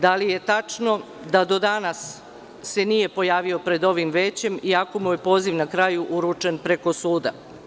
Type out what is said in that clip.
Da li je tačno da se do danas nije pojavio pred ovim većem, iako mu je poziv na kraju uručen preko suda?